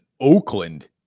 Oakland